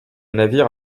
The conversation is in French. navire